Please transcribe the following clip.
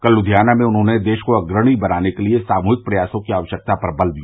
कल लुधियाना में उन्होंने देश को अग्रणी बनाने के लिए सामूहिक प्रयासों की आवश्यकता पर बल दिया